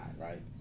right